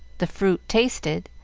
the fruit tasted,